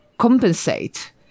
compensate